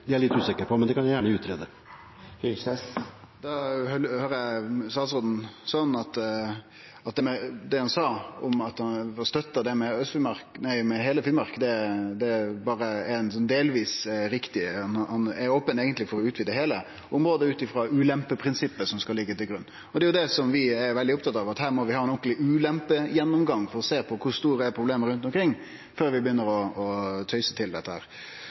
er jeg litt usikker på, men det kan jeg gjerne utrede. Da høyrer eg statsråden sånn at det han sa om at han støtta det med heile Finnmark, det er berre delvis riktig. Han er eigentleg open for å utvide heile området ut ifrå ulempeprinsippet som skal liggje til grunn. Det er vi veldig opptatt av, at her må vi ha ein ordentleg ulempegjennomgang for å sjå på kor store problema er rundt omkring før vi begynner å tøyse til dette. Men det er éin ting eg lurer veldig på. Kvotane har vist seg å vere for låge, det har fiskarane sagt. Her